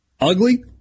Ugly